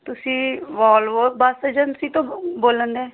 ਤੁਸੀਂ Volvo bus agency ਤੋਂ ਬੋ ਬੋਲਣ ਦੇ